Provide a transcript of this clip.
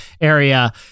area